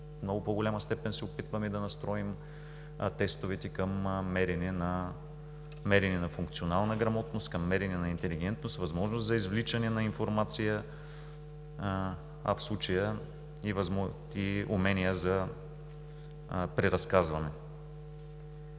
много по-голяма степен се опитваме да настроим тестовете към мерене на функционална грамотност, към мерене на интелигентност, възможност за извличане на информация, а в случая и умения за преразказване.